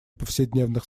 повседневных